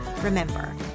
Remember